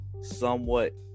somewhat